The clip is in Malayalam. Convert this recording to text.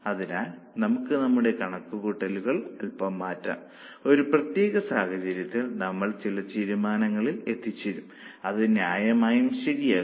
അതിനാൽ നമുക്ക് നമ്മുടെ കണക്കുകൂട്ടൽ അൽപ്പം മാറ്റാം ഒരു പ്രത്യേക സാഹചര്യത്തിൽ നമ്മൾ ചില തീരുമാനങ്ങളിൽ എത്തിച്ചേരും അത് ന്യായമായും ശരിയാകും